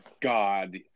God